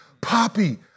Poppy